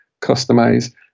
customize